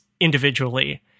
individually